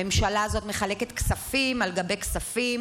הממשלה הזאת מחלקת כספים על גבי כספים,